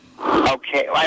Okay